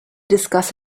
discuss